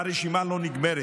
והרשימה לא נגמרת.